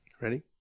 Ready